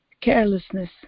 carelessness